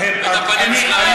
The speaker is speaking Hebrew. ואת הפנים שלך,